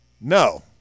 no